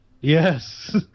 Yes